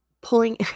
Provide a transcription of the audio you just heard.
pulling